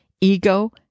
ego